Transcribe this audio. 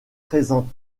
présente